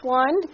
one